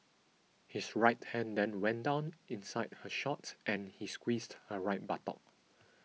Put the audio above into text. his right hand then went down inside her shorts and he squeezed her right buttock